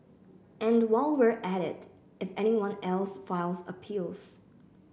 and while we're at it if anyone else files appeals